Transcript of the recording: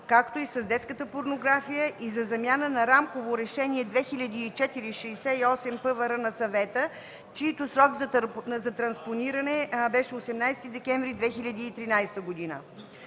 както и с детската порнография и за замяна на Рамково решение 2004/68/ПВР на Съвета, чиито срок за транспониране беше 18 декември 2013 г.